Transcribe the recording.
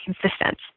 consistent